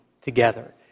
together